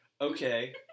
Okay